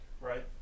right